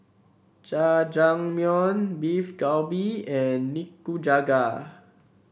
Jajangmyeon Beef Galbi and Nikujaga